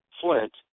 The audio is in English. flint